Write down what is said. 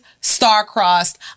star-crossed